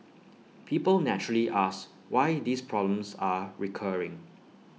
people naturally ask why these problems are recurring